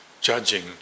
judging